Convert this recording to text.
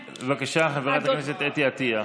בבקשה, חברת הכנסת אתי עטייה.